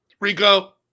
Rico